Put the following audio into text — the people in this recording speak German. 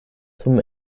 zum